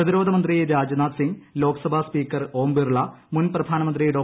പ്രതിരോധ മന്ത്രി രാജ്നാഥ് സിങ് ലോക്സഭാ സ്പീക്കർ ഓം ബിർള മുൻ പ്രധാനമന്ത്രി ഡോ